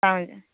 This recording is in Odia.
ପାଉଁଜି